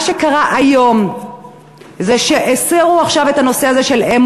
מה שקרה היום זה שהסירו עכשיו את הנושא הזה של אם